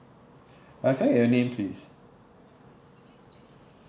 uh can I get your name please